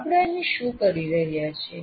આપણે અહીં શું કરી રહ્યા છીએ